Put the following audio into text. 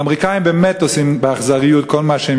האמריקנים באמת עושים באכזריות כל מה שהם